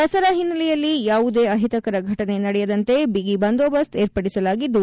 ದಸರಾ ಹಿನ್ನೆಲೆಯಲ್ಲಿ ಯಾವುದೇ ಅಹಿತಕರ ಘಟನೆ ನಡೆಯದಂತೆ ಬಿಗಿಬಂದೋಬಸ್ತ್ ಏರ್ಪಡಿಸಲಾಗಿದ್ದು